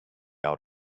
out